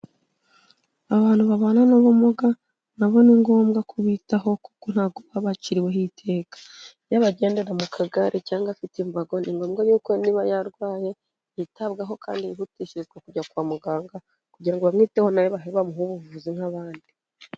Abantu babana n'ubumuga nabo ni ngombwa kubitaho kuko ntabwo baba baciriweho iteka. Iyo bagendera mu kagare cyangwa afite imbago ni ngombwa yuko niba yarwaye yitabwaho kandi yihutishirizwa kujya kwa muganga kugira ngo bamwiteho nawe babe bamuha ubuvuzi nk'abandi.